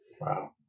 Wow